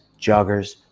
joggers